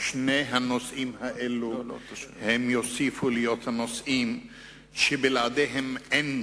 שני הנושאים האלו יוסיפו להיות הנושאים שבלעדיהם אין